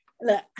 look